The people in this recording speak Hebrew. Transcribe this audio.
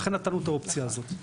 לכן נתנו את האופציה הזו.